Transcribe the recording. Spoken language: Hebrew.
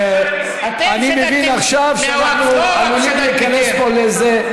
אני מבין עכשיו שאנחנו עלולים להיכנס פה לאיזה,